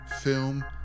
film